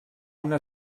una